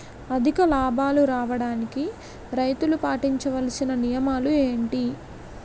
అధిక లాభాలు రావడానికి రైతులు పాటించవలిసిన నియమాలు ఏంటి